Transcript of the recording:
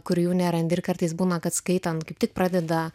kur jų nerandi ir kartais būna kad skaitant kaip tik pradeda